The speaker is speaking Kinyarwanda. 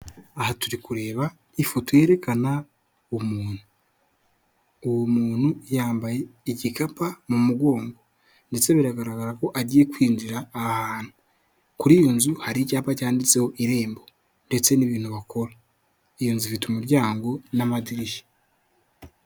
Aha turi kureba ifoto yerekana umuntu. Uwo muntu yambaye igikapa mu mugongo, ndetse biragaragara ko agiye kwinjira ahantu. Kuri iyo nzu hari ibyapa cyanditseho irembo ndetse n'ibintu bakora iyo nzu ifite umuryango n'amadirishya.